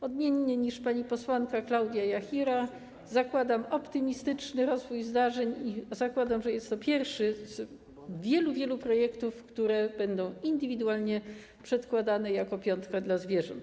Odmiennie niż pani posłanka Klaudia Jachira zakładam optymistyczny rozwój zdarzeń i zakładam, że jest to pierwszy z wielu, wielu projektów, które będą indywidualnie przedkładane jako piątka dla zwierząt.